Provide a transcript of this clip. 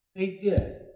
they did.